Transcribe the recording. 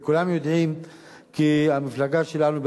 כולם יודעים כי המפלגה שלנו,